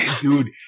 dude